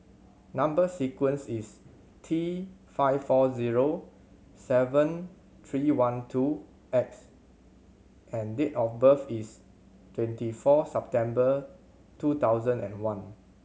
number sequence is T five four zero seven three one two X and date of birth is twenty four September two thousand and one